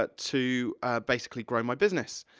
but to basically grow my business.